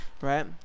right